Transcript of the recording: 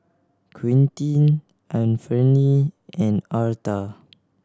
Quintin Anfernee and Arta